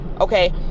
Okay